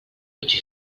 which